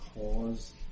cause